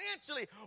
financially